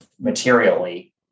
materially